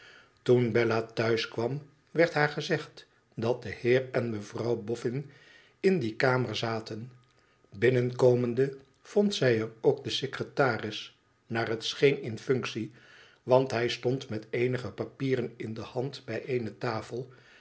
toen bella thuis kwam werd haar gezegd dat de heer en mevrouw boffin in die kamer zaten binnenkomende vond zij er ook den secretaris naar het scheen in functie want hij stond met eenige papieren in de hand bij eene tafel